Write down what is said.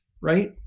right